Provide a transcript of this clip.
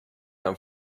home